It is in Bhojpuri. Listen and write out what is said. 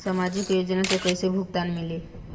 सामाजिक योजना से कइसे भुगतान मिली?